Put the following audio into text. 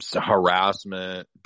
harassment